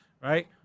right